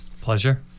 Pleasure